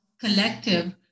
collective